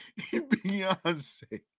Beyonce